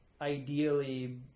ideally